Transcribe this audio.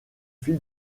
fil